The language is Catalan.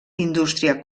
indústria